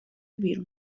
بیرون